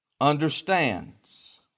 understands